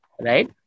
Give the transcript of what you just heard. right